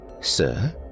Sir